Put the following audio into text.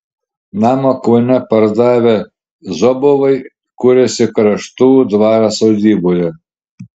namą kaune pardavę zobovai kuriasi kraštų dvaro sodyboje